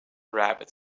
rabbit